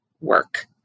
work